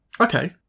Okay